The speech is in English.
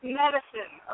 medicine